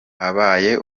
abaye